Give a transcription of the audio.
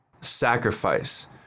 sacrifice